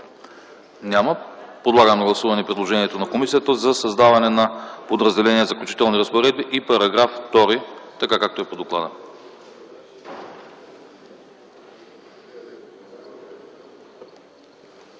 няма. Подлагам на гласуване предложението на комисията за създаване на подразделение „Заключителна разпоредба” и § 2, така както е по доклада.